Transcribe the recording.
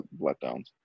letdowns